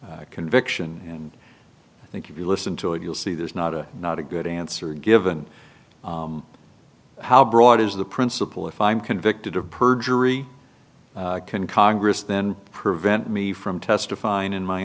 misdemeanor conviction and i think if you listen to it you'll see there's not a not a good answer given how broad is the principle if i'm convicted of perjury can congress then prevent me from testifying in my